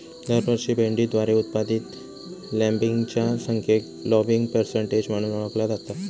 दरवर्षी भेंडीद्वारे उत्पादित लँबिंगच्या संख्येक लँबिंग पर्सेंटेज म्हणून ओळखला जाता